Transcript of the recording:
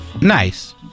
Nice